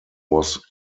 was